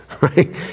right